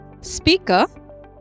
speaker